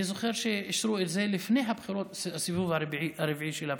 אני זוכר שאישרו את זה לפני הסיבוב הרביעי של הבחירות.